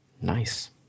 nice